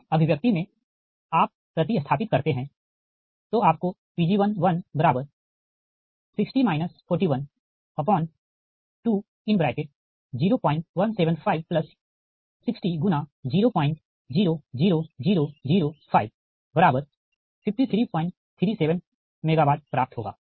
इस अभिव्यक्ति में आप प्रति स्थापित करते हैं तो आपको Pg160 412017560×0000055337 MW प्राप्त होगा